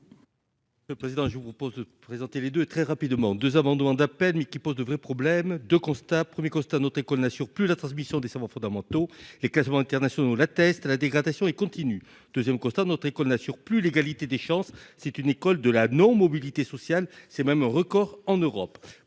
Bresson. Le président je vous propose de présenter les deux très rapidement, 2 amendements d'appel mais qui pose de vrais problèmes de constat 1er constat notre école n'assure plus la transmission des savoirs fondamentaux, les classements internationaux l'la dégradation et continue 2ème constat notre école n'assure plus l'égalité des chances, c'est une école de la non-mobilité sociale, c'est même un record en Europe